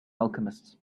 alchemists